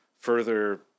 further